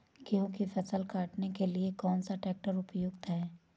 गेहूँ की फसल काटने के लिए कौन सा ट्रैक्टर उपयुक्त है?